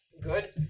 Good